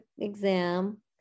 exam